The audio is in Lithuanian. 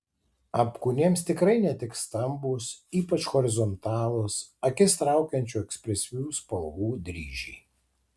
apkūniems tikrai netiks stambūs ypač horizontalūs akis traukiančių ekspresyvių spalvų dryžiai